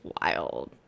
wild